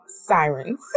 sirens